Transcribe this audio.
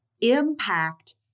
impact